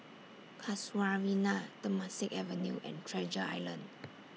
Casuarina Temasek Avenue and Treasure Island